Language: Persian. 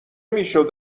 میشد